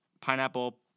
pineapple